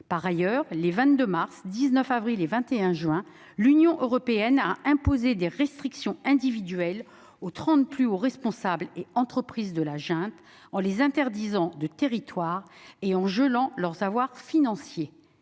Par ailleurs, les 22 mars, 19 avril et 21 juin, l'Union européenne a imposé des restrictions individuelles aux trente plus hauts responsables et entreprises de la junte, en les interdisant de territoire et en gelant leurs avoirs financiers.